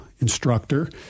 instructor